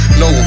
no